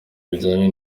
bijyanye